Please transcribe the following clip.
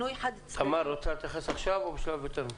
תמר, רוצה להתייחס עכשיו או יותר מאוחר?